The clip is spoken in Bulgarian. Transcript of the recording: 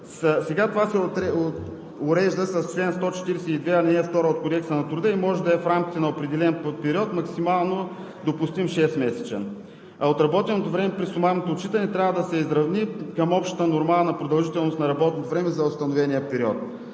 Сега това се урежда с чл. 142, ал. 2 от Кодекса на труда и може да е в рамките на определен период, максимално допустим – шестмесечен. Отработеното време при сумарното отчитане трябва да се изравни към общата нормална продължителност на работното време за установения период.